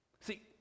See